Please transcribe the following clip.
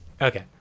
Okay